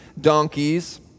donkeys